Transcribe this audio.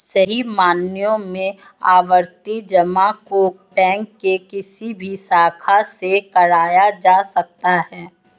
सही मायनों में आवर्ती जमा को बैंक के किसी भी शाखा से कराया जा सकता है